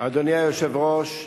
אדוני היושב-ראש,